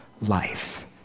life